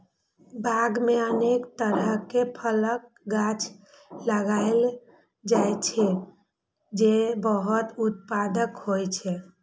बाग मे अनेक तरहक फलक गाछ लगाएल जाइ छै, जे बहुत उत्पादक होइ छै